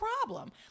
problem